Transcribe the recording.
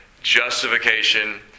justification